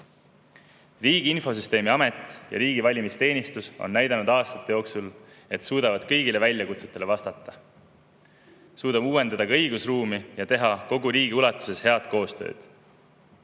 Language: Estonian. Riigi Infosüsteemi Amet ja riigi valimisteenistus on näidanud aastate jooksul, et nad suudavad kõigile väljakutsetele vastata. Me suudame uuendada ka õigusruumi ja teha kogu riigi ulatuses head koostööd.